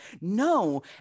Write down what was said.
No